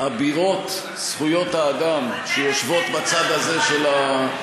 אבירות זכויות האדם שיושבות בצד הזה של האולם.